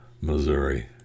Missouri